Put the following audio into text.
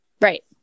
Right